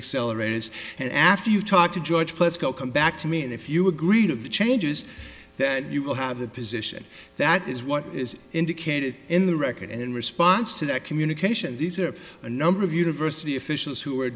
accelerators and after you talk to george politico come back to me and if you agreed of the changes then you will have the position that is what is indicated in the record and in response to that communication these are the number of university officials who are